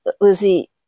Lizzie